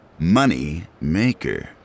Moneymaker